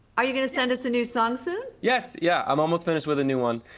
are you going to send us a new song soon? yes, yeah, i'm almost finished with a new one.